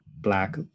black